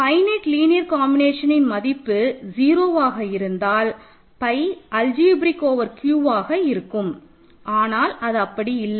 finite linear combination மதிப்பு 0 ஆக இருந்தால் பை அல்ஜிப்ரேக் ஓவர் Qஆக இருக்கும் ஆனால் அது அப்படி அல்ல